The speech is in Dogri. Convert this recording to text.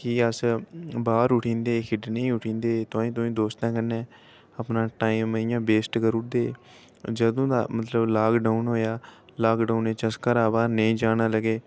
कि अस बाह्र उठी जंदे हे खेढने ई उट्ठी अंदे हे ताईं तुआईं दोस्तें कन्नै अपना टाइम इ'यां वेस्ट करी ओड़दे हे जदूं दा मतलब लाक डाउन होए आ लाक डाउन च अस घरा बाह्र नेईं जान लग्गे